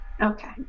Okay